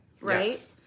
Right